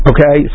Okay